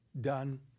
done